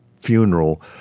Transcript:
funeral